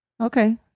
Okay